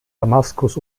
damaskus